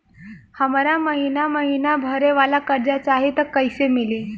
हमरा महिना महीना भरे वाला कर्जा चाही त कईसे मिली?